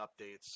updates